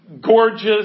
gorgeous